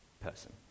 person